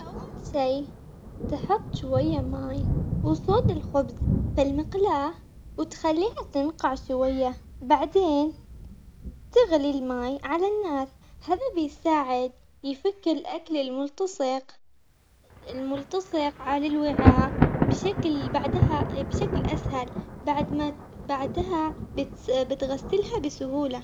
لا بعض السلالات ودوية واجتماعيين وبعضها يكون أكثر تحفظ أو يحتاج تدريب خاص بس بالنهاية كل كلب يعتمد على تربيته، طريقة تعامله مع الناس فالسلالات تختلف على بعضها.